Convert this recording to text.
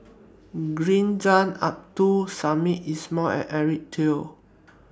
Green Zeng Abdul Samad Ismail and Eric Teo